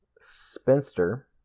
spinster